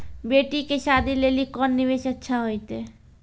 बेटी के शादी लेली कोंन निवेश अच्छा होइतै?